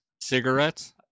cigarettes